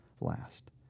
last